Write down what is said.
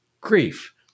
grief